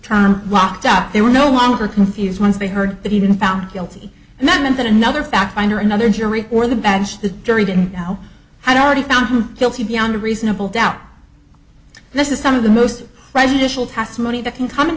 term locked up they were no longer confused once they heard that even found guilty and then that another fact einar another jury or the bench the jury didn't know had already found him guilty beyond a reasonable doubt this is some of the most prejudicial tax money that can come in